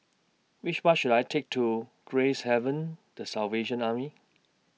Which Bus should I Take to Gracehaven The Salvation Army